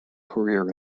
career